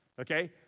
okay